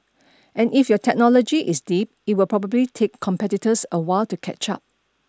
and if your technology is deep it will probably take competitors a while to catch up